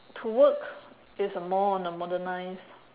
to work is more on the modernised